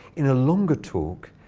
in a longer talk,